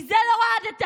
מזה לא רעדת,